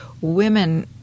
women